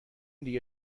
دیگه